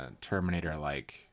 Terminator-like